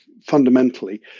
fundamentally